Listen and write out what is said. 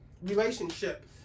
relationship